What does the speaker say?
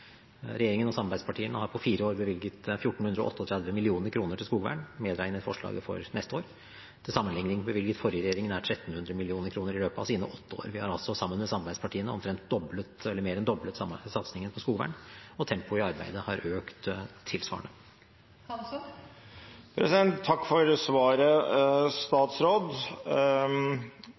Regjeringen og samarbeidspartiene har på fire år bevilget 1 438 mill. kr til skogvern, medregnet forslaget for neste år. Til sammenligning bevilget forrige regjering nær 1 300 mill. kr i løpet av sine åtte år. Vi har altså sammen med samarbeidspartiene mer enn doblet satsingen på skogvern, og tempoet i arbeidet har økt tilsvarende. Takk for svaret.